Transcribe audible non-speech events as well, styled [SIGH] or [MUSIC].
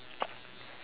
[NOISE]